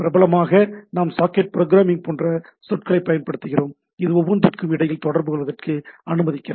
பிரபலமாக நாம் socket programming போன்ற சொற்களைப் பயன்படுத்துகிறோம் இது ஒவ்வொன்றிற்கும் இடையில் தொடர்புகொள்வதற்கு அனுமதிக்கிறது